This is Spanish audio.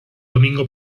domingo